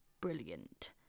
brilliant